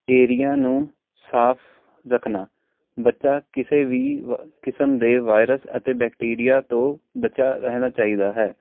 area ਨੂੰ ਸਾਫ਼ ਰੱਖਣਾ ਬੱਚਾ ਕਿਸੇ ਵੀ ਕਿਸਮ ਦੇ ਵਾਇਰਸ ਅਤੇ ਬੈਕਟੀਰੀਆ ਤੋਂ ਬਚਿਆ ਰਹਿਣਾ ਚਾਹੀਦਾ ਹੈ